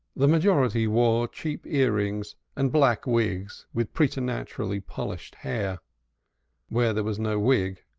the majority wore cheap earrings and black wigs with preternaturally polished hair where there was no wig,